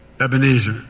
ebenezer